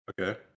okay